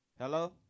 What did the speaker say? Hello